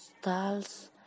styles